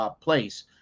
place